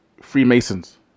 Freemasons